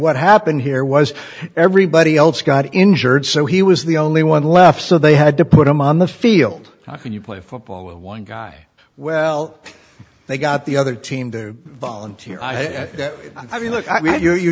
what happened here was everybody else got injured so he was the only one left so they had to put him on the field how can you play football with one guy well they got the other team to volunteer i mean look i mean you you